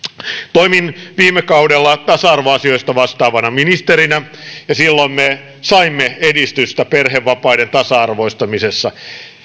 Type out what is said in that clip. toimin viime kaudella tasa arvoasioista vastaavana ministerinä ja silloin me saimme edistystä perhevapaiden tasa arvoistamisessa